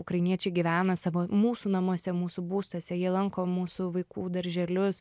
ukrainiečiai gyvena savo mūsų namuose mūsų būstuose jie lanko mūsų vaikų darželius